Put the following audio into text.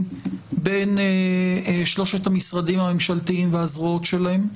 בין שלושת המשרדים הממשלתיים והזרועות שלהם.